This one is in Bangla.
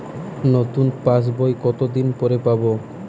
নতুন পাশ বই কত দিন পরে পাবো?